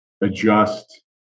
adjust